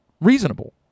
Reasonable